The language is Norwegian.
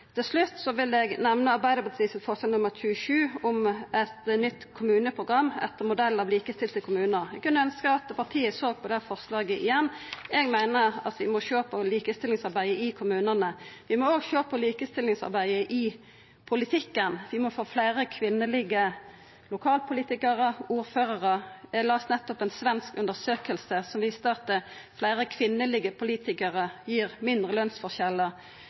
Til slutt vil eg nemna Arbeidarpartiets forslag nr. 27, om eit nytt kommuneprogram etter modell av «Likestilte kommuner». Eg kunne ønskt at partiet såg på det forslaget igjen. Eg meiner at vi må sjå på likestillingsarbeidet i kommunane. Vi må òg sjå på likestillingsarbeidet i politikken, vi må få fleire kvinnelege lokalpolitikarer og ordførarar. Eg las nettopp ei svensk undersøking som viste at fleire kvinnelege politikarar gir mindre